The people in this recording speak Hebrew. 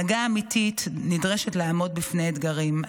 הנהגה אמיתית נדרשת לעמוד בפני אתגרים.